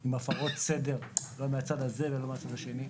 עם הפרות סדר לא מהצד הזה ולא מהצד השני.